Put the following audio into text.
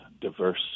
diverse